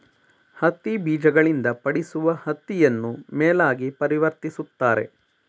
ಹತ್ತಿ ಬೀಜಗಳಿಂದ ಪಡಿಸುವ ಹತ್ತಿಯನ್ನು ಮೇಲಾಗಿ ಪರಿವರ್ತಿಸುತ್ತಾರೆ